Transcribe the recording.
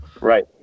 Right